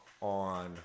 on